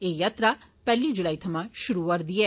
एह् यात्रा पैहली जुलाई थ्वां शुरू होआ करदी ऐ